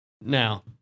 Now